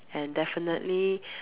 and definitely